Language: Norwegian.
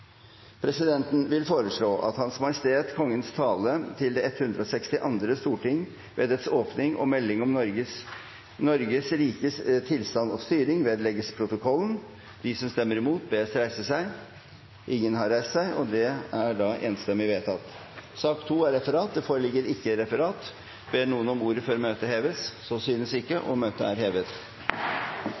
Presidenten vil foreslå at Hans Majestet Kongens tale til det 162. storting ved dets åpning og melding om Noregs rikes tilstand og styring vedlegges protokollen. – Det anses vedtatt. Det foreligger ikke noe referat. Dermed er dagens kart ferdigbehandlet. Forlanger noen ordet før møtet heves? – Så synes ikke, og møtet er hevet.